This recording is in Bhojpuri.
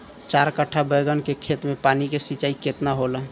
चार कट्ठा बैंगन के खेत में पानी के सिंचाई केतना होला?